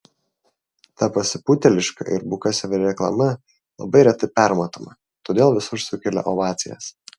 ta pasipūtėliška ir buka savireklama labai retai permatoma todėl visur sukelia ovacijas